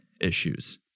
issues